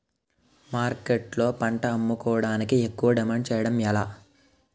మార్కెట్లో పంట అమ్ముకోడానికి ఎక్కువ డిమాండ్ చేయడం ఎలా?